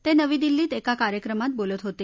ते नवी दिल्लीत एका कार्यक्रमात बोलत होते